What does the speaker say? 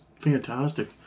fantastic